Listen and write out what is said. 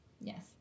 Yes